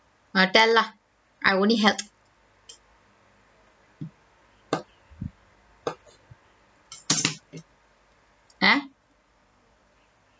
ah tell lah I only health ah